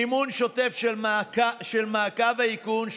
מימון שוטף של מעקב האיכון,